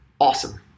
Awesome